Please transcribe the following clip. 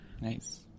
Nice